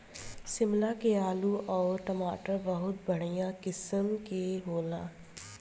शिमला के आलू अउरी टमाटर बहुते बढ़िया किसिम के होला